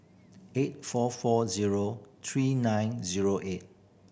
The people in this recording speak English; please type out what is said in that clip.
eight four four zero three nine zero eight